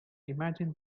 imagine